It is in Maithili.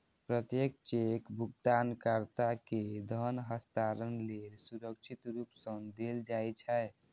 प्रत्येक चेक भुगतानकर्ता कें धन हस्तांतरण लेल सुरक्षित रूप सं देल जाइ छै